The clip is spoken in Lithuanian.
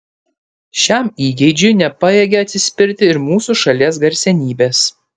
šiam įgeidžiui nepajėgė atsispirti ir mūsų šalies garsenybės